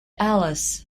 alice